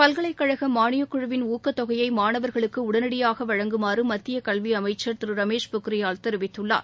பல்கலைக்கழக மானிய குழுவின் ஊக்கத்தொகையை மாணவர்களுக்கு உடனடியாக வழங்குமாறு மத்திய கல்வி அமைச்சர் திரு ரமேஷ் பொக்ரியால் தெரிவித்துள்ளார்